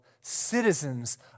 citizens